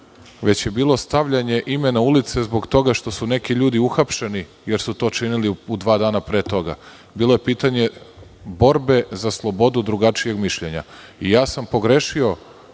već je bilo stavljanje imena ulice zbog toga što su neki ljudi uhapšeni jer su to činili dva dana pre toga. Bilo je pitanje borbe za slobodu drugačijeg mišljenja. Pogrešio